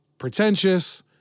pretentious